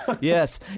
Yes